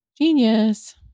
Genius